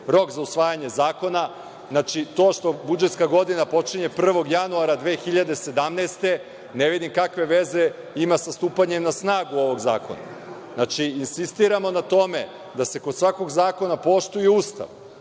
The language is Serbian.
rok za usvajanje zakona. Znači, to što budžetska godina počinje 1. januara 2017. godine, ne vidim kakve veze ima sa stupanjem na snagu ovog zakona. Znači, insistiramo na tome da se kod svakog zakona poštuje Ustav